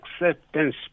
acceptance